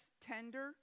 tender